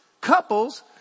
couples